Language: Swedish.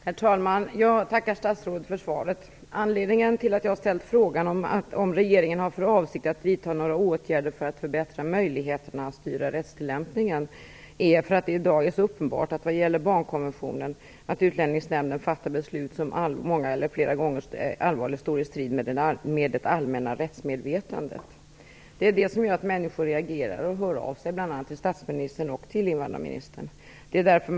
Herr talman! Jag tackar statsrådet för svaret. Anledningen till att jag ställt frågan om regeringen har för avsikt att vidta några åtgärder för att förbättra möjligheterna att styra rättstillämpningen är att det i dag vad gäller barnkonventionen är så uppenbart att Utlänningsnämnden fattar beslut som allvarligt står i strid med det allmänna rättsmedvetandet. Det är det som gör att människor reagerar och hör av sig till bl.a. statsministern och invandrarministern.